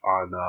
on